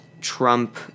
Trump